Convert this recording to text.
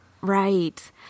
Right